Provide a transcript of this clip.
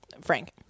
Frank